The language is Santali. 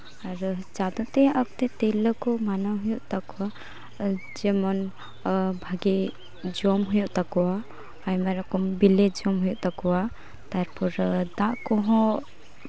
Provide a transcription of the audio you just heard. ᱟᱨ ᱪᱟᱸᱫᱳᱠᱤᱭᱟᱹ ᱚᱠᱛᱮ ᱛᱮ ᱛᱤᱨᱞᱟᱹ ᱠᱚ ᱢᱟᱱᱟᱣ ᱦᱩᱭᱩᱜ ᱛᱟᱠᱚᱣᱟ ᱡᱮᱢᱚᱱ ᱵᱷᱟᱜᱮ ᱡᱚᱢ ᱦᱩᱭᱩᱜ ᱛᱟᱠᱚᱣᱟ ᱟᱭᱢᱟ ᱨᱚᱠᱚᱢ ᱵᱤᱞᱤ ᱡᱚᱢ ᱦᱩᱭᱩᱜ ᱛᱟᱠᱚᱣᱟ ᱛᱟᱨᱯᱚᱨ ᱫᱟᱜ ᱠᱚᱦᱚᱸ